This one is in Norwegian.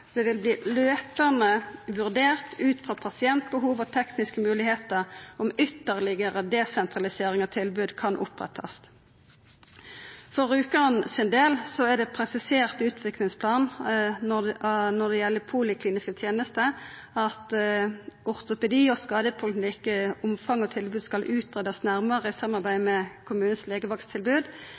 Det vil løpende vurderes ut fra pasientbehov og tekniske muligheter om ytterligere desentraliserte tilbud kan opprettes.» For Rjukan sin del er det presisert i utviklingsplanen for polikliniske tenester at når det gjeld Ortopedi og skade poliklinikk, må omfang og tilbud utredes nærmere i samarbeid med kommunens